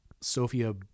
Sophia